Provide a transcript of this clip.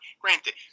granted